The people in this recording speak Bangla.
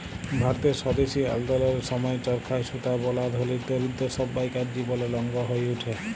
ভারতের স্বদেশী আল্দললের সময় চরখায় সুতা বলা ধলি, দরিদ্দ সব্বাইকার জীবলের অংগ হঁয়ে উঠে